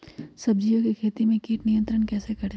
सब्जियों की खेती में कीट नियंत्रण कैसे करें?